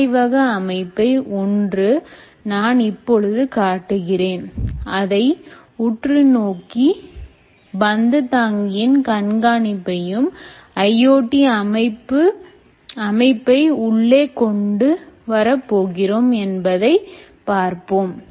ஆய்வக அமைப்பை ஒன்று நான் இப்பொழுது காட்டுகிறேன் அதை உற்று நோக்கி எப்படி பந்து தாங்கியின் கண்காணிப்பையும் IoT அமைப்பை உள்ளே கொண்டு வரப் போகிறோம் என்பதை பார்ப்போம்